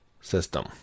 system